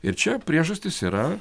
ir čia priežastys yra